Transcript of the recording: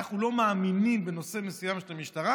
אנחנו לא מאמינים בנושא מסוים למשטרה